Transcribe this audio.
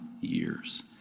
years